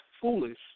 foolish